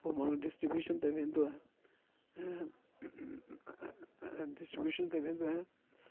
पोइ माण्हू डिस्टिब्यूशन ते वेंदो आहे ऐं डिस्टीब्यूशन ते वेंदो आहियां